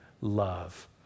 love